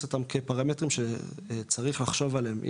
אותם כפרמטרים שצריך לחשוב עליהם.